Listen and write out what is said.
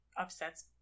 upsets